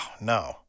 no